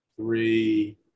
three